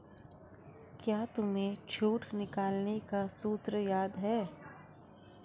क्या तुम्हें छूट निकालने का सूत्र याद है?